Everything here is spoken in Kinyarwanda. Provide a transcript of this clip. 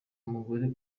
umugore